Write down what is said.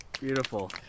Beautiful